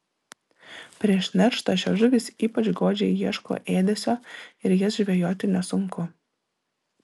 prieš nerštą šios žuvys ypač godžiai ieško ėdesio ir jas žvejoti nesunku